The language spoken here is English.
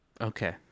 Okay